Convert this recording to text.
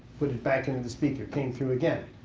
put it back into the speaker. came through again,